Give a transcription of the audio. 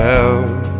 Help